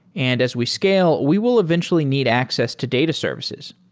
and as we scale, we will eventually need access to data services.